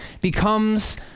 becomes